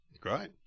Great